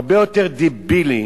הרבה יותר דבילי,